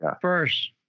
first